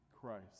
Christ